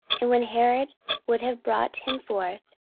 and when herod would have brought him forth,